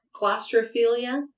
Claustrophilia